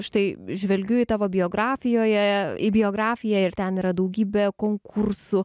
štai žvelgiu į tavo biografijoje į biografiją ir ten yra daugybė konkursų